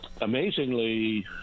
Amazingly